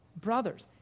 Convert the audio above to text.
brothers